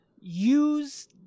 use